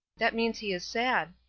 that means he is sad.